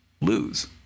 lose